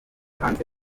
hanze